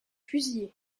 fusillé